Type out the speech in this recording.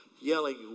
yelling